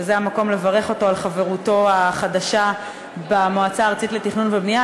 שזה המקום לברך אותו על חברותו החדשה במועצה הארצית לתכנון ובנייה.